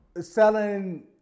selling